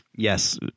Yes